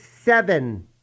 seven